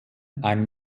ein